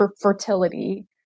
fertility